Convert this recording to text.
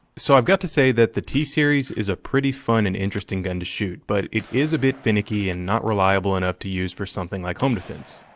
so i've got to say that the t-series is a pretty fun and interesting gun to shoot, but it is a bit finicky and not reliable enough to use for something like home defense.